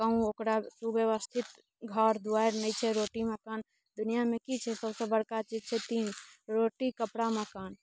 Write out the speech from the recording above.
कहूँ ओकरा सुव्यवस्थित घर दुआरि नहि छै रोटी मकान दुनियामे की छै सबसे बड़का चीज छै तीन रोटी कपड़ा मकान